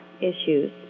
issues